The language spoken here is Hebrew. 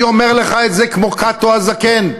אני אומר לך את זה כמו קאטו הזקן: